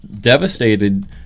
devastated